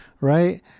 Right